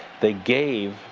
they gave,